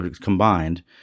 combined